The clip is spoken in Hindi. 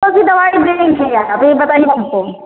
तो भी दवाई देंगी आप ई बताइए हमको